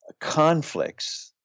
conflicts